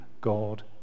God